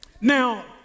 Now